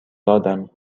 دادم